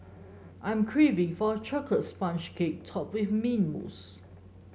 I'm craving for a chocolate sponge cake topped with mint mousse